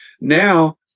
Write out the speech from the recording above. Now